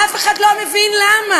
ואף אחד לא מבין למה.